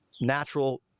natural